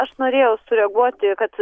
aš norėjau sureaguoti kad